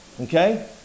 okay